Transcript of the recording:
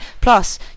plus